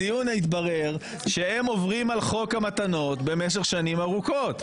בדיון התברר שהם עוברים על חוק המתנות במשך שנים ארוכות.